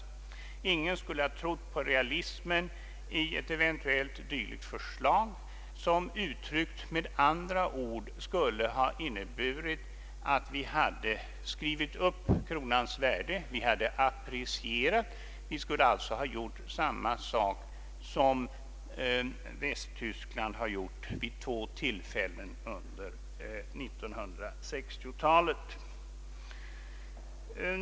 Ingen skulle ha trott på realismen i ett eventuellt dylikt förslag, som uttryckt med andra ord skulle ha inneburit att vi skrivit upp kronans värde: vi hade apprecierat. Vi skulle alltså ha gjort samma sak som Västtyskland har gjort vid två tillfällen under 1960-talet.